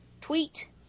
tweet